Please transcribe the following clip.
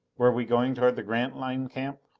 were we going toward the grantline camp?